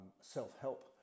self-help